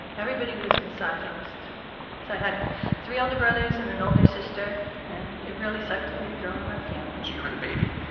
everybody was misogynist. so i had three older brothers and an older sister and it really sucked to be a girl in our family. so you were the baby?